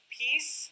peace